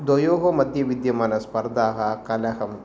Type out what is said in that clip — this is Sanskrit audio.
द्वयोः मध्ये विद्यमानाः स्पर्धाः कलहम्